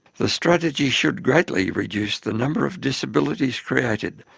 the strategy should greatly reduce the number of disabilities created,